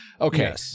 Okay